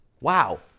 Wow